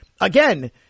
again